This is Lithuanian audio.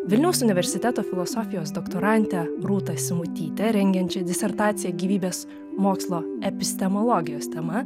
vilniaus universiteto filosofijos doktorantę rūtą simutytę rengiančia disertaciją gyvybės mokslo epistemologijos tema